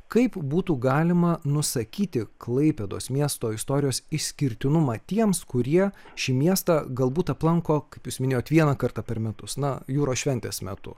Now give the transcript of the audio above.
kaip būtų galima nusakyti klaipėdos miesto istorijos išskirtinumą tiems kurie šį miestą galbūt aplanko kaip jūs minėjot vieną kartą per metus na jūros šventės metu